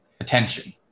attention